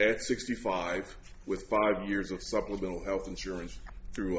at sixty five with five years of supplemental health insurance through